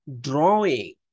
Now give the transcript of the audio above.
drawing